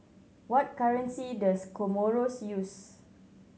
what currency does Comoros use